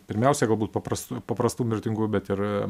pirmiausia galbūt paprast paprastų mirtingųjų bet ir